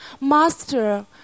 Master